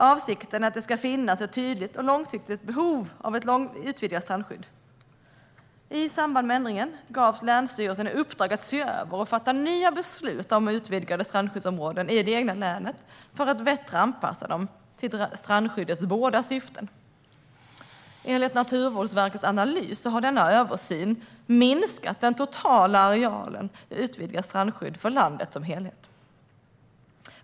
Avsikten är att det ska finnas ett tydligt och långsiktigt behov av ett utvidgat strandskydd. I samband med ändringen gavs länsstyrelserna i uppdrag att se över och fatta nya beslut om utvidgade strandskyddsområden i det egna länet för att bättre anpassa dem till strandskyddets båda syften. Enligt Naturvårdsverkets analys av resultatet av översynen minskade den totala arealen utvidgat strandskydd för landet som helhet.